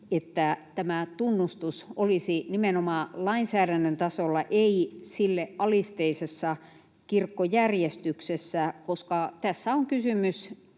että tämä tunnustus olisi nimenomaan lainsäädännön tasolla, ei sille alisteisessa kirkkojärjestyksessä, koska tässä on kysymys